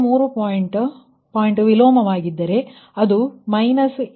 98 63 point ವಿಲೋಮವಾಗಿದ್ದರೆಅದು 2